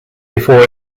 before